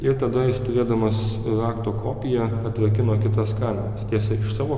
ir tada jis turėdamas rakto kopiją atrakino kitas kameras tiesia iš savo